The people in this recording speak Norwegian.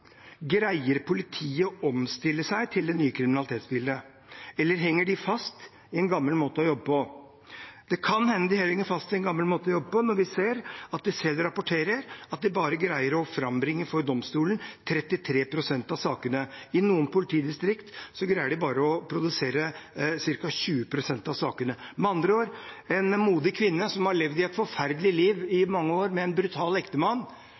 Greier politiet å omstille seg til det nye kriminalitetsbildet, eller henger de fast i en gammel måte å jobbe på? Det kan hende de henger fast i en gammel måte å jobbe på, når vi ser at de selv rapporterer at de greier å bringe inn for domstolen bare 33 pst. av sakene. I noen politidistrikter greier de å produsere bare ca. 20 pst. av sakene. Med andre ord: En modig kvinne som i mange år har levd et forferdelig liv med en brutal ektemann,